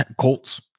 colts